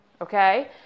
okay